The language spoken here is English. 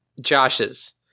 Josh's